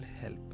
help